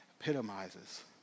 epitomizes